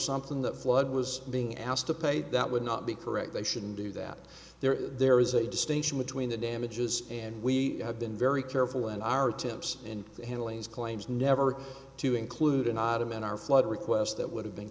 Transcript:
something that flood was being asked to pay that would not be correct they shouldn't do that there is a distinction between the damages and we have been very careful in our attempts in handling these claims never to include an item in our flood request that would have been